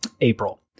April